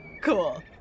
Cool